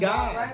God